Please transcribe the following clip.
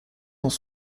dans